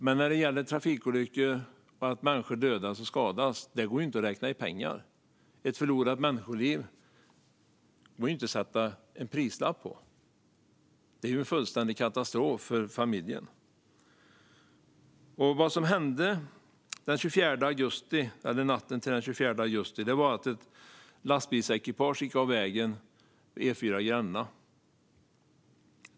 Men när det gäller att människor dödas och skadas i trafikolyckor går det inte att räkna i pengar. Ett förlorat människoliv går det inte att sätta en prislapp på; det är ju en fullständig katastrof för familjen. Vad som hände natten till den 24 augusti var att ett lastbilsekipage gick av vägen på E4:an vid Gränna.